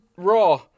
Raw